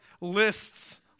lists